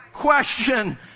question